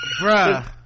Bruh